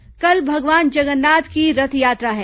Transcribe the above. रथयात्रा कल भगवान जगन्नाथ की रथयात्रा है